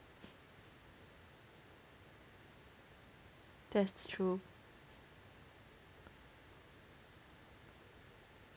that's true